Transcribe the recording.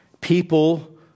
people